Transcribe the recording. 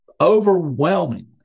Overwhelmingly